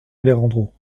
alejandro